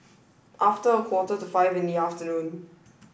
after a quarter to five in the afternoon